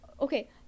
okay